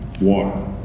water